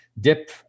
dip